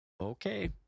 okay